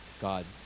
god